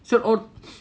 so